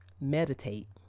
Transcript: meditate